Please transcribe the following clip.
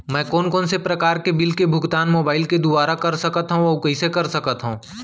मैं कोन कोन से प्रकार के बिल के भुगतान मोबाईल के दुवारा कर सकथव अऊ कइसे कर सकथव?